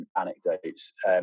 anecdotes